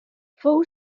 fou